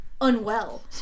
unwell